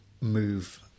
move